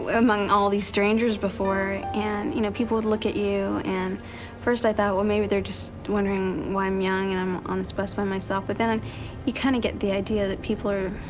among all these strangers before. and you know people would look at you. and first i thought, well, maybe they're just wondering why i'm young and i'm on this bus by myself. but then you kind of get the idea that people are,